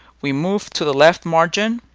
we move to the left margin